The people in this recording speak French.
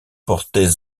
portez